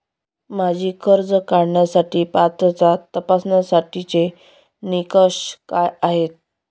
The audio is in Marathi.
माझी कर्ज काढण्यासाठी पात्रता तपासण्यासाठीचे निकष काय आहेत?